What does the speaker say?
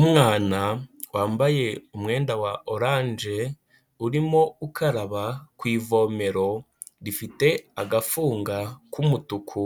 Umwana wambaye umwenda wa oranje, urimo ukaraba ku ivomero rifite agafunga k'umutuku,